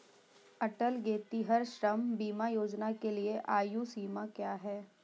अटल खेतिहर श्रम बीमा योजना के लिए आयु सीमा क्या है?